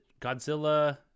godzilla